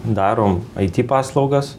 darom aiti paslaugas